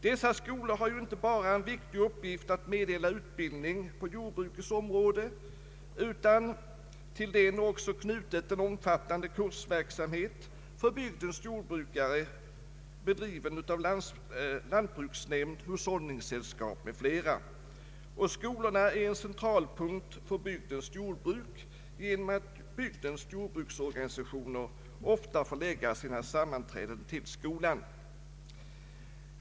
Dessa skolor har ju inte bara den viktiga upp giften att meddela utbildning på jordbrukets område, utan till dem är också knuten en omfattande kursverksamhet för bygdens jordbrukare, bedriven av lantbruksnämnd, hushållningssällskap m.fl. Och skolorna är en centralpunkt för bygdens jordbruk genom att bygdens jordbruksorganisationer ofta förlägger sina sammanträden till skolan.